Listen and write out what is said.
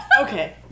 okay